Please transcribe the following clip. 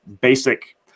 basic